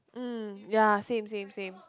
um ya same same same